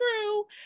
true